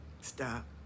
Stop